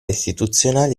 istituzionali